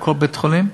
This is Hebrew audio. בכל בית-חולים,